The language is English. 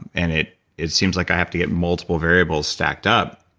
and it it seems like i have to get multiple variables stacked up,